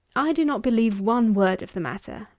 i do not believe one word of the matter.